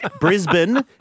Brisbane